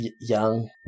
Young